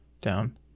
Down